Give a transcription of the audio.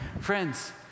Friends